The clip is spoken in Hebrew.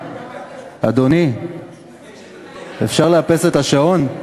אדוני, אפשר לאפס את השעון?